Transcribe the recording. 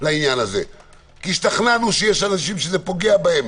כי השתכנענו שיש אנשים שזה פוגע בהם